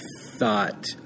thought